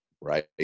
right